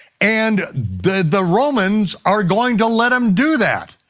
and the the romans are going to let him do that.